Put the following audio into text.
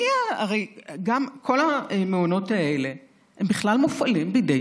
הרי כל המעונות האלה בכלל מופעלים בידי